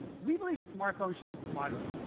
we believe smartphones should be smarter.